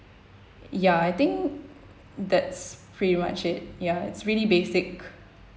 ya I think that's pretty much it ya it's really basic